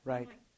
Right